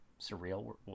surreal